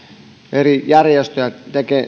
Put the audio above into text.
eri järjestöjä